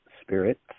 spirit